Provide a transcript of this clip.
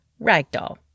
ragdoll